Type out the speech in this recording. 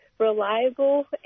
reliable